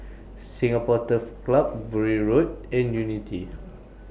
Singapore Turf Club Bury Road and Unity